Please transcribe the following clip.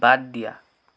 বাদ দিয়া